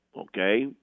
okay